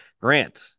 Grant